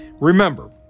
Remember